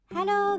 Hello